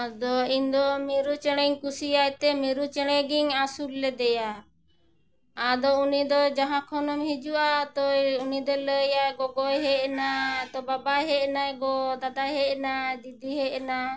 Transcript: ᱟᱫᱚ ᱤᱧᱫᱚ ᱢᱤᱨᱩ ᱪᱮᱬᱮᱧ ᱠᱩᱥᱤᱭᱟᱭ ᱛᱮ ᱢᱤᱨᱩ ᱪᱮᱬᱮ ᱜᱤᱧ ᱟᱹᱥᱩᱞ ᱞᱮᱫᱮᱭᱟ ᱟᱫᱚ ᱩᱱᱤ ᱫᱚ ᱡᱟᱦᱟᱸ ᱠᱷᱚᱱᱮᱢ ᱦᱤᱡᱩᱜᱼᱟ ᱛᱚᱭ ᱩᱱᱤ ᱫᱚᱭ ᱞᱟᱹᱭᱟ ᱜᱚᱜᱚᱭ ᱦᱮᱡ ᱮᱱᱟ ᱛᱚ ᱵᱟᱵᱟᱭ ᱦᱮᱡ ᱮᱱᱟᱭ ᱜᱚ ᱫᱟᱫᱟᱭ ᱦᱮᱡ ᱮᱱᱟᱭ ᱫᱤᱫᱤ ᱦᱮᱡ ᱮᱱᱟ